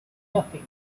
nothing